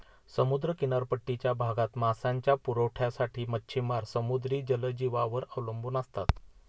समुद्र किनारपट्टीच्या भागात मांसाच्या पुरवठ्यासाठी मच्छिमार समुद्री जलजीवांवर अवलंबून असतात